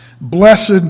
Blessed